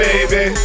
Baby